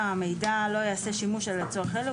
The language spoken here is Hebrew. "המידע לא ייעשה שימוש אלא לצורך אלה,